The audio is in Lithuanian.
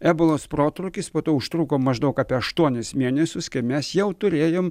ebolos protrūkis po to užtruko maždaug apie aštuonis mėnesius kai mes jau turėjom